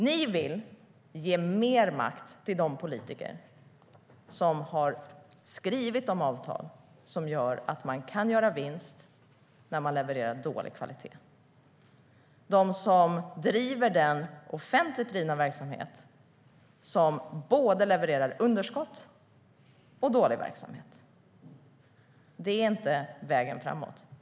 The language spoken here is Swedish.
Ni vill ge mer makt till de politiker som har skrivit de avtal som gör att man kan göra vinst när man levererar dålig kvalitet, de som driver den offentligt drivna verksamhet som både levererar underskott och dålig verksamhet. Det är inte vägen framåt.